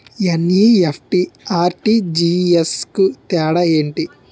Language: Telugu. ఎన్.ఈ.ఎఫ్.టి, ఆర్.టి.జి.ఎస్ కు తేడా ఏంటి?